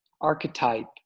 archetype